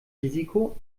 risiko